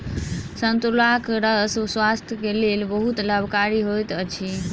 संतोलाक रस स्वास्थ्यक लेल बहुत लाभकारी होइत अछि